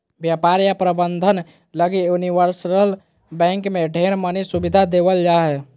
व्यापार या प्रबन्धन लगी यूनिवर्सल बैंक मे ढेर मनी सुविधा देवल जा हय